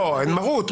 אין מרות,